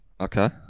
Okay